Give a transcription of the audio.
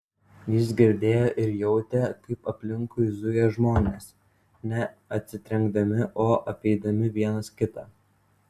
jis girdėjo ir jautė kaip aplinkui zuja žmonės ne atsitrenkdami o apeidami vienas kitą